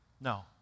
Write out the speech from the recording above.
No